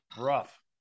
rough